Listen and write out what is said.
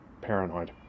paranoid